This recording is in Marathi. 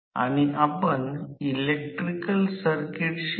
तर आता येथे या गोष्टी कशा असतील